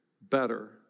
better